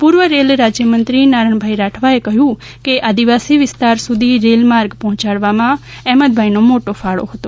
પૂર્વ રેલ રાજ્ય મંત્રી નારણભાઇ રાઠવાએ કહ્યું છે કે આદિવાસી વિસ્તાર સુધી રેલમાર્ગ પહોંચાડવામાં અહમદભાઈનો મોટો ફાળો હતો